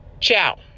Ciao